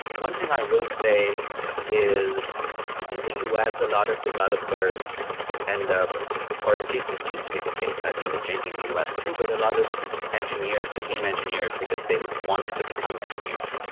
one thing i will say is in the us, a lot of developers end up or at least this used to be the case. i think it's changing in the us too, but a lot of engineers became engineers because they wanted to become engineers.